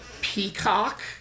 Peacock